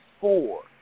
four